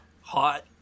hot